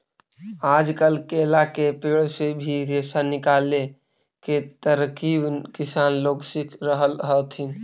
आजकल केला के पेड़ से भी रेशा निकाले के तरकीब किसान लोग सीख रहल हथिन